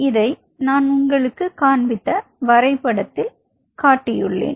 இதை நான் உங்களுக்கு காண்பித்த வரைபடத்தில் விளக்கியுள்ளேன்